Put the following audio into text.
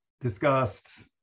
discussed